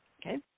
okay